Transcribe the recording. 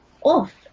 off